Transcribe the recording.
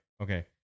Okay